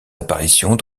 apparitions